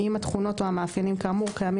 אם התכונות או המאפיינים כאמור קיימים